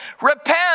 Repent